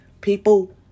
people